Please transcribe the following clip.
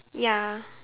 ya